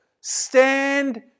Stand